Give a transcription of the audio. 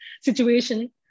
situation